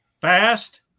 Fast